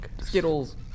Skittles